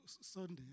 Sunday